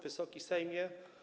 Wysoki Sejmie!